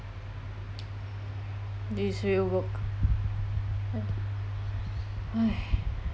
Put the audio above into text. this is real work